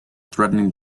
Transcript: threatening